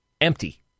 empty